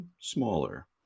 smaller